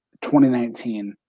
2019